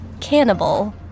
Cannibal